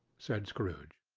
said scrooge.